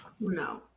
no